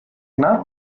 not